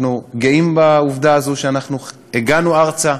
אנחנו גאים בעובדה הזאת, שאנחנו הגענו ארצה,